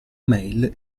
mail